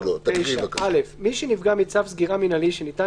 השגה 9. (א) מי שנפגע מצו סגירה מינהלי שניתן